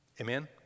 Amen